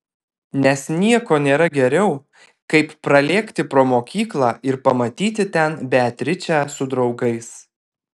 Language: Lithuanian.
nes nieko nėra geriau kaip pralėkti pro mokyklą ir pamatyti ten beatričę su draugais